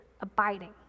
abiding